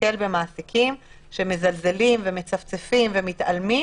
תיתקל במעסיקים שמזלזלים ומצפצפים ומתעלמים.